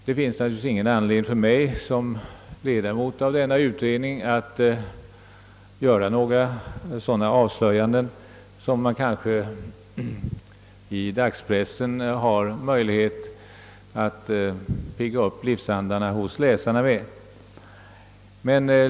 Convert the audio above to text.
Det finns naturligtvis inte någon anledning för mig såsom ledamot av denna utredning att göra några sådana avslöjanden som dagspressen kanske har möjlighet att pigga upp läsarnas livsandar med.